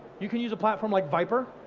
you can use a platform like viper.